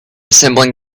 assembling